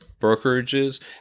brokerages